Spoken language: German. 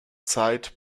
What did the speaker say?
zeit